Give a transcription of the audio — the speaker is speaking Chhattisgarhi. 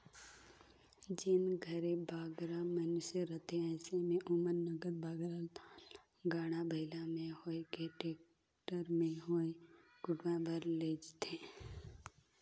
जेन घरे बगरा मइनसे रहथें अइसे में ओमन नगद बगरा धान ल गाड़ा बइला में होए कि टेक्टर में होए कुटवाए बर लेइजथें